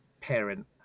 parent